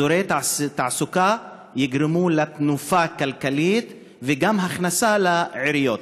אזורי תעסוקה יגרמו לתנופה כלכלית וגם ייתנו הכנסה לעיריות.